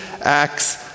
acts